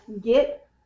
get